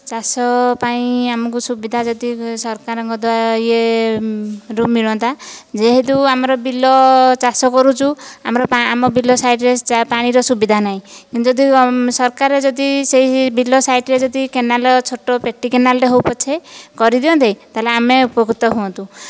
ଚାଷ ପାଇଁ ଆମକୁ ସୁବିଧା ଯେତିକି ସରକାରଙ୍କ ରୁ ମିଳନ୍ତା ଯେହେତୁ ଆମର ବିଲ ଚାଷ କରୁଛୁ ଆମର ଆମ ବିଲ ସାଇଡ଼ରେ ପାଣିର ସୁବିଧା ନାହିଁ ଯଦି ସରକାର ଯଦି ସେହି ବିଲ ସାଇଡ଼ରେ ଯଦି କେନାଲ ଛୋଟ ପେଟି କେନାଲଟେ ହେଉ ପଛେ କରିଦିଅନ୍ତେ ତା'ହେଲେ ଆମେ ଉପକୃତ ହୁଅନ୍ତୁ